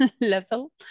level